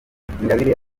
ingabire